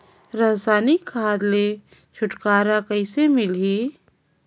रसायनिक खाद ले छुटकारा कइसे मिलही?